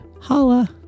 holla